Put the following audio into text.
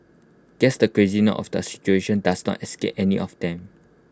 guess the craziness of the situation does not escape any of them